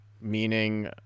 meaning